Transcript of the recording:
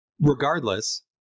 regardless